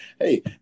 hey